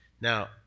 Now